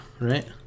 right